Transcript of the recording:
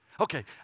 Okay